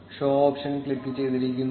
show option click ചെയ്തിരിക്കുന്നു